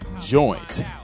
joint